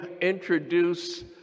introduce